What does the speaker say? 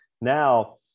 Now